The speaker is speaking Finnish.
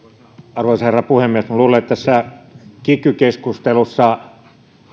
arvoisa herra puhemies minä luulen että tässä kiky keskustelussa